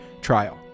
trial